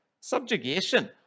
subjugation